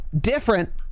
different